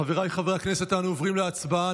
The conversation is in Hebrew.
חבריי חברי הכנסת, אנחנו עוברים להצבעה.